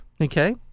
Okay